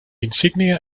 insignia